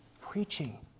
preaching